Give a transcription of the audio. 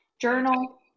Journal